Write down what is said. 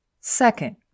Second